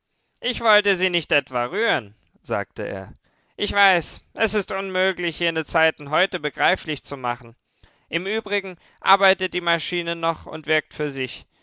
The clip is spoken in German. ich wollte sie nicht etwa rühren sagte er ich weiß es ist unmöglich jene zeiten heute begreiflich zu machen im übrigen arbeitet die maschine noch und wirkt für sich